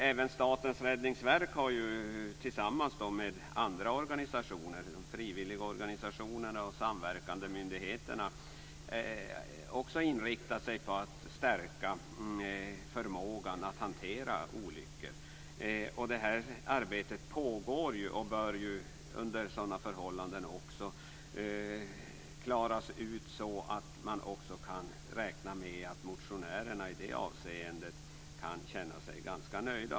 Även Statens räddningsverk har tillsammans med frivilligorganisationer och samverkande myndigheter inriktat sig på att stärka förmågan att hantera olyckor. Det här arbetet pågår och bör klaras ut så, att man kan räkna med att motionärerna kan känna sig ganska nöjda.